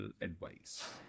advice